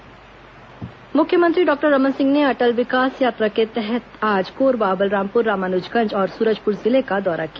अटल विकास यात्रा मुख्यमंत्री डॉक्टर रमन सिंह ने अटल विकास यात्रा के तहत आज कोरबा बलरामपुर रामानुजगंज और सूरजपुर जिले का दौरा किया